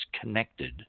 connected